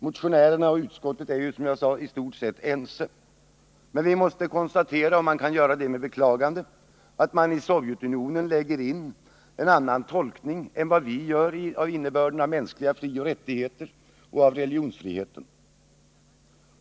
Motionärerna och utskottet är, som jag sade, i stort sett ense. Men vi måste konstatera — och man kan göra det med beklagande — att man i Sovjetunionen lägger in en annan tolkning än vi gör i innebörden av mänskliga frioch rättigheter och religionsfrihet.